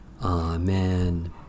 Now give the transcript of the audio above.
Amen